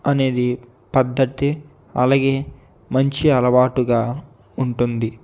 అనేది పద్దతి అలాగే మంచి అలవాటుగా ఉంటుంది